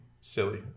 silly